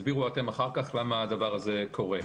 תסבירו אתם אחר כך למה הדבר הזה קורה.